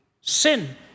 Sin